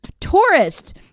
tourists